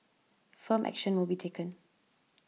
firm action will be taken